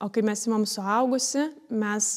o kai mes imam suaugusį mes